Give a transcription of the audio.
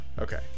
okay